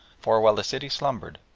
for, while the city slumbered,